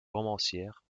romancière